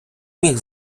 міг